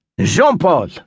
Jean-Paul